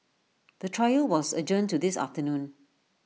the trial was adjourned to this afternoon